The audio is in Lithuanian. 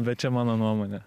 bet čia mano nuomone